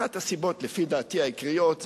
אחת הסיבות העיקריות לכך,